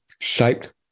shaped